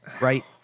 right